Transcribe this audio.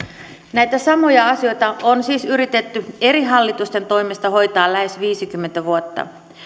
näitä samoja asioita on siis yritetty eri hallitusten toimesta hoitaa lähes viisikymmentä vuotta